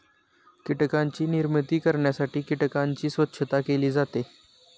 कीटकांची निर्मिती करण्यासाठी कीटकांची स्वच्छता केली जाते